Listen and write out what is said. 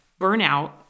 Burnout